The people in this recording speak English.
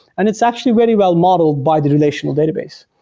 and it's actually very well modeled by the relational database.